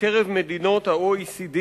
בקרב מדינות ה-OECD,